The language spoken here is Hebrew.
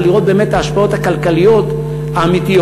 לראות באמת את ההשפעות הכלכליות האמיתיות.